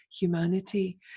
humanity